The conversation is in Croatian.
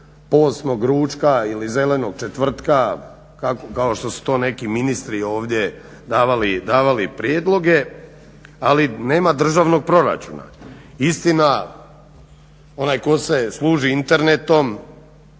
posnog ručka ili zelenog četvrtka kao što su neki ministri tu davali prijedloge ali nema državnog proračuna. istina onaj tko se služi internetom